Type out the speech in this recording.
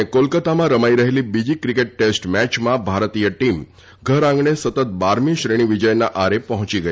અને કોલકતામાં રમાઇ રહેલી બીજી ક્રિકેટ ટેસ્ટ મેચમાં ભારતીય ટીમ ઘર આંગણે સતત બારમી શ્રેણી વિજયના આરે પહોંચી ગઇ છે